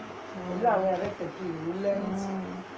mm